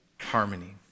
harmony